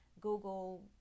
Google